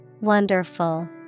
Wonderful